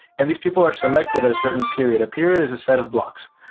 and these people are selected at a certain period. a period is a set of blocks.